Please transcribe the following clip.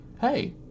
hey